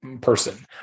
person